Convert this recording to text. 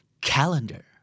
calendar